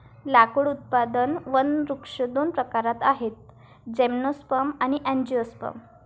लाकूड उत्पादक वनवृक्ष दोन प्रकारात आहेतः जिम्नोस्पर्म आणि अँजिओस्पर्म